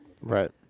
Right